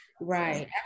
Right